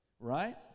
Right